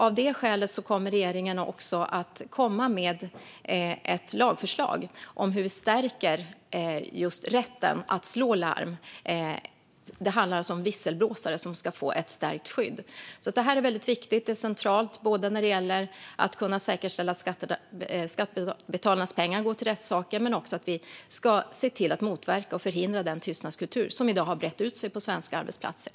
Av det skälet kommer regeringen att komma med ett lagförslag om hur vi stärker rätten att slå larm. Det handlar alltså om att visselblåsare ska få ett stärkt skydd. Det här är väldigt viktigt och centralt för att kunna säkerställa att skattebetalarnas pengar går till rätt saker, men också för att motverka och förhindra den tystnadskultur som i dag har brett ut sig på svenska arbetsplatser.